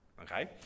okay